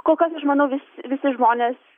kol kas aš manau visi visi žmonės